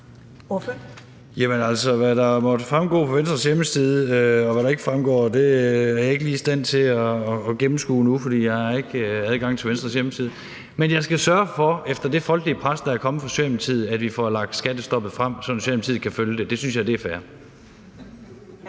Hvad der måtte fremgå på Venstres hjemmeside, og hvad der ikke fremgår, er jeg ikke lige i stand til at gennemskue nu, for jeg har ikke adgang til Venstres hjemmeside. Men jeg skal sørge for efter det folkelige pres, der er kommet fra Socialdemokratiet, at vi får lagt skattestoppet frem, så Socialdemokratiet kan følge det. Det synes jeg er fair.